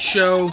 Show